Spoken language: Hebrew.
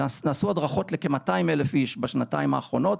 נעשו הדרכות לכ-200,000 איש בשנתיים האחרונות,